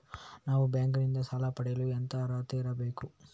ನಾವು ಬ್ಯಾಂಕ್ ನಿಂದ ಸಾಲ ಪಡೆಯಲು ಎಂತ ಅರ್ಹತೆ ಬೇಕು?